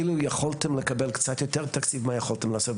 אילו יכולתם לקבל קצת יותר תקציב מה יכולתם לעשות,